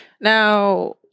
now